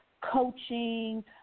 coaching